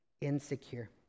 insecure